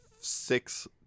six